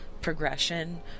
progression